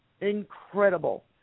incredible